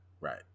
Right